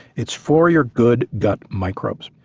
it's for your good gut microbes.